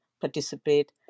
participate